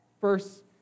First